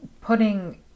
putting